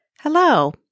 Hello